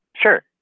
Sure